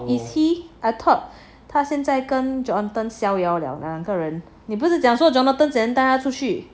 is he I thought 他现在跟 jonathan 逍遥了两个人你不是讲说 jonathan 带他出去